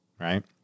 right